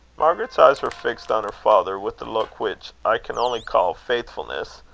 margaret's eyes were fixed on her father with a look which i can only call faithfulness,